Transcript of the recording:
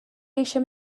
eisiau